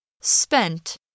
Spent